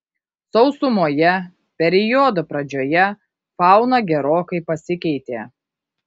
sausumoje periodo pradžioje fauna gerokai pasikeitė